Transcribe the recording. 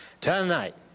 Tonight